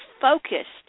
focused